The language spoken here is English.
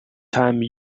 time